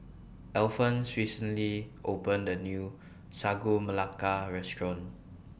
Alphons recently opened A New Sagu Melaka Restaurant